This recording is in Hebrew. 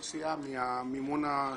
סיעה מהמימון השוטף.